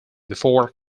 before